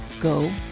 go